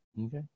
okay